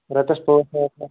رۄپیس پانٛژھ أٹھ ساس